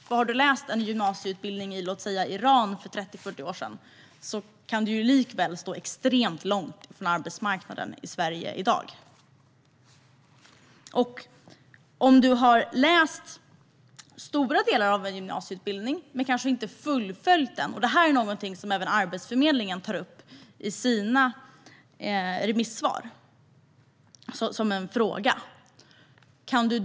Den som har läst en gymnasieutbildning i, låt säga, Iran för 30-40 år sedan kan likväl stå extremt långt ifrån arbetsmarknaden i Sverige i dag. Kan den som har läst stora delar av en gymnasieutbildning men kanske inte fullföljt den få läsa en yrkesutbildning på komvux och få detta stöd?